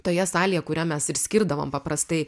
toje salėje kurią mes ir skirdavom paprastai